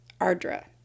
Ardra